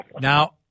Now